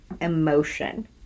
emotion